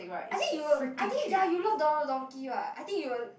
I think you will I think ya you love Don-Don-Donki what I think you will